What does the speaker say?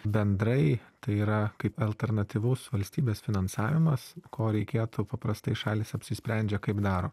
bendrai tai yra kaip alternatyvus valstybės finansavimas ko reikėtų paprastai šalys apsisprendžia kaip daro